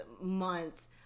months